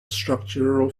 structural